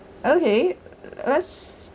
okay let's